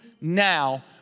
now